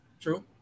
True